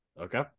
Okay